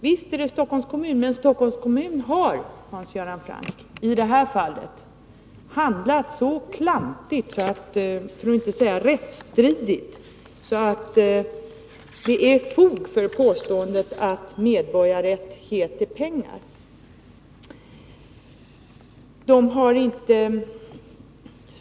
Visst är det Stockholms kommun, men Stockholms kommun har, Hans Göran Franck, i det här fallet handlat så klantigt, för att inte säga rättsstridigt, att det finns fog för påståendet att medborgarrätt heter pengar.